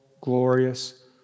glorious